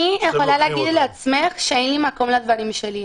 אני יכולה להגיד על עצמי שאין לי מקום לדברים שלי.